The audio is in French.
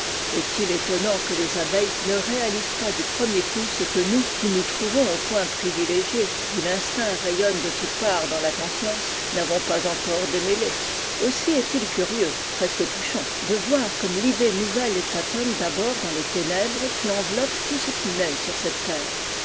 est-il étonnant que les abeilles ne réalisent pas du premier coup ce que nous qui nous trouvons au point privilégié d'où l'instinct rayonne de toutes parts dans la conscience n'avons pas encore démêlé aussi est-il curieux presque touchant de voir comme l'idée nouvelle tâtonne d'abord dans les ténèbres qui enveloppent tout ce qui naît sur cette terre